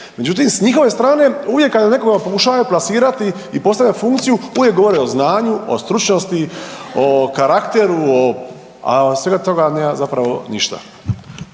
Međutim s njihove strane uvijek kada nekoga pokušavaju plasirati i postavljat funkciju uvijek govore o znanju, o stručnosti, o karakteru, a od svega toga nema zapravo ništa.